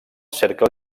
cercle